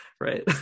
right